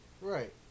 Right